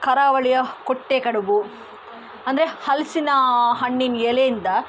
ಕರಾವಳಿಯ ಕೊಟ್ಟೆ ಕಡಬು ಅಂದರೆ ಹಲಸಿನ ಹಣ್ಣಿನ ಎಲೆಯಿಂದ